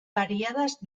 variadas